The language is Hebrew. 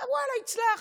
ואללה, הצלחת.